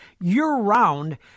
year-round